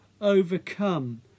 overcome